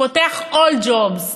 פותח AllJobs.